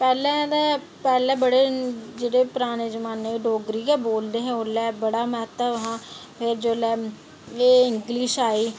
पैह्लें ते पैह्लें बड़े जेह्ड़े पराने जमानें च डोगरी गै बोलदे हे ओल्लै ते बड़ा महत्व हा एह् जोल्लै इंगलिश आई